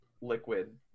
liquid